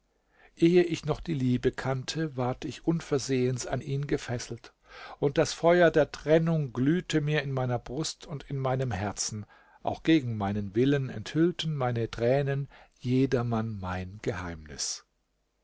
ehe ich noch die liebe kannte ward ich unversehens an ihn gefesselt und das feuer der trennung glühte mir in meiner brust und in meinem herzen auch gegen meinen willen enthüllten meine tränen jedermann mein geheimnis